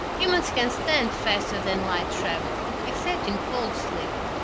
humans can't stand faster-than-light travel, except in cold-sleep.